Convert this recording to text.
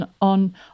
on